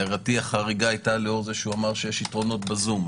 הערתי החריגה הייתה לאור זה שיש יתרונות בזום,